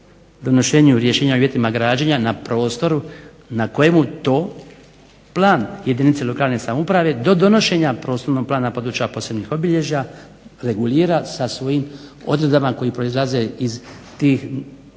donošenju rješenja uvjetima građena na prostoru na kojemu to plan jedinice lokalne samouprave do donošenja prostornog plana područja posebnih obilježja regulira sa svojim odredbama koje proizlaze iz tih